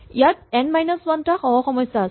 ইয়াত n minus one টা সহ সমস্যা আছে